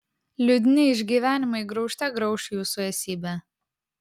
liūdni išgyvenimai graužte grauš jūsų esybę